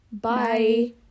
bye